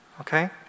Okay